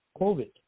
COVID